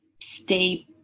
stay